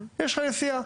ויש לך נסיעה.